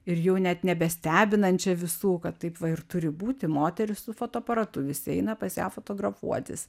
ir jau net nebestebinančią visų kad taip va ir turi būti moteris su fotoaparatu visi eina pas ją fotografuotis